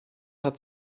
hat